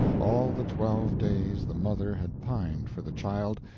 all the twelve days the mother had pined for the child,